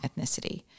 ethnicity